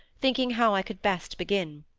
thinking how i could best begin.